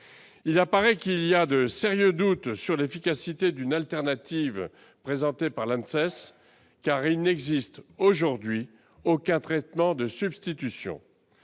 maritimes. De sérieux doutes pèsent sur l'efficacité de l'alternative présentée par l'ANSES, car il n'existe aujourd'hui aucun traitement de substitution.